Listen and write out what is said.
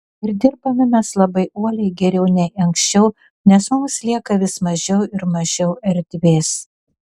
ir dirbame mes labai uoliai geriau nei anksčiau nes mums lieka vis mažiau ir mažiau erdvės